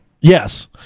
Yes